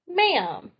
ma'am